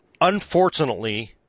unfortunately –